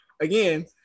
again